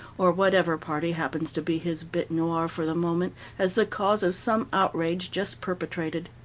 or whatever party happens to be his bete noire for the moment, as the cause of some outrage just perpetrated.